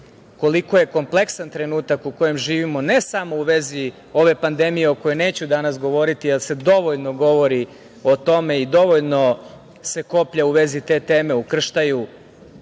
koliko je kompleksan trenutak u kojem živimo, ne samo u vezi ove pandemije, o kojoj neću danas govoriti, jer se dovoljno govori o tome i dovoljno se koplja u vezi te teme ukrštaju